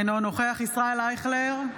אינו נוכח ישראל אייכלר,